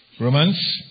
Romans